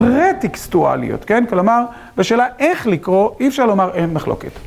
רטקסטואליות, כן? כלומר, בשאלה איך לקרוא אי אפשר לומר אין מחלוקת.